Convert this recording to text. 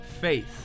faith